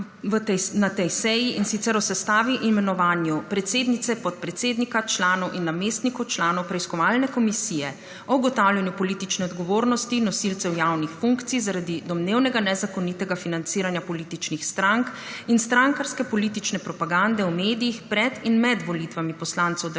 na tej seji in sicer o sestavi in imenovanju predsednice, podpredsednika, članov in namestnikov članov Preiskovalne komisije o ugotavljanju politične odgovornosti nosilcev javnih funkcij zaradi domnevnega nezakonitega financiranja političnih strank in strankarske politične propagande v medijih pred in med volitvami poslancev v Državni